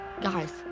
guys